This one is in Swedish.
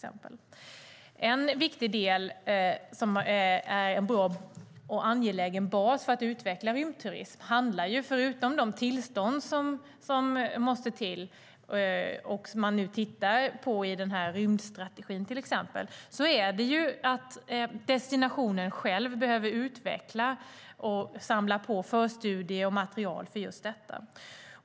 En viktig del som är en bra och angelägen bas för att utveckla rymdturism, förutom de tillstånd som måste till och som man nu tittar på i rymdstrategin, är att destinationen själv behöver utvecklas och samla förstudier och material för detta.